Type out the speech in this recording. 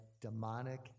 demonic